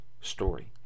story